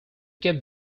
kept